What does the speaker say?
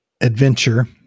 adventure